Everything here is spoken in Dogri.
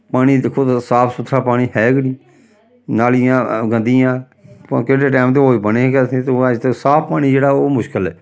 पानी दिक्खो तुस साफ सुथरा पानी है गै निं नालियां गंदियां पता निं केह्ड़े टैम दे हौज बने दे केह् आखदे निं ते ओह् अज्ज तक साफ पानी ओह् मुश्कल ऐ